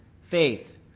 faith